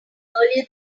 earlier